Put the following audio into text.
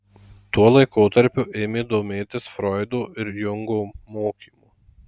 tuo laikotarpiu ėmė domėtis froido ir jungo mokymu